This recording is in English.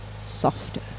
softer